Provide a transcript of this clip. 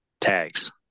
tags